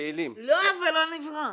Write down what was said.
אנחנו פעילים --- לא, אבל לא נברח.